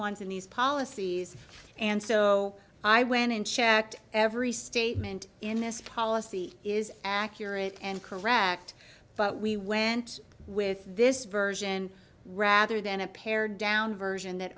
ones in these policies and so i went in checked every statement in this policy is accurate and correct but we went with this version rather than a pared down version that